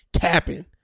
capping